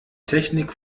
technik